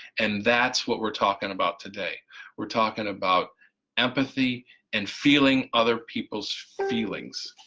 and that's what we're talking about today we're talking about empathy and feeling other people's feelings.